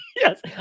Yes